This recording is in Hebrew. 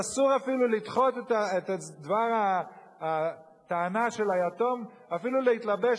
אסור אפילו לדחות את דבר הטענה של היתום אפילו כדי להתלבש,